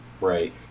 Right